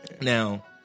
Now